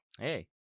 Hey